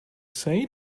say